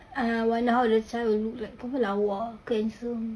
ah one how the child will look like confirm lawa ke handsome